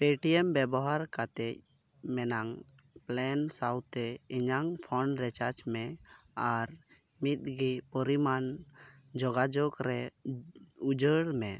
Paytm ᱵᱮᱵᱚᱦᱟᱨ ᱠᱟᱛᱮᱫ ᱢᱮᱱᱟᱜ ᱯᱞᱟᱱ ᱥᱟᱶᱛᱮ ᱤᱧᱟᱹᱜ ᱯᱷᱳᱱ ᱨᱤᱪᱟᱨᱡᱽ ᱢᱮ ᱟᱨ ᱢᱤᱫᱜᱮ ᱯᱚᱨᱤᱢᱟᱱ ᱡᱳᱜᱟᱡᱳᱜᱽ ᱨᱮ ᱩᱪᱟᱹᱲ ᱢᱮ